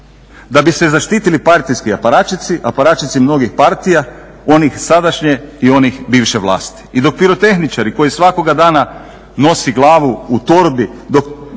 Da bi se zaštitili partijski aparačici, aparačici mnogih partija, onih sadašnje i onih bivše vlasti.